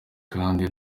kandi